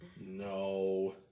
No